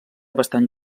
bastant